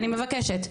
אני מבקשת.